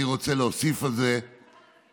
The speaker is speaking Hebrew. אני רוצה להוסיף על זה ולומר: